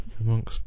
Amongst